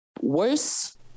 worse